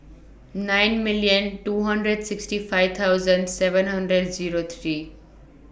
nine million two hundred sixty five thousand seven hundred Zero three